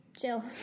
Chill